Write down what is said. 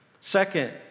Second